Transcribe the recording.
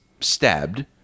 stabbed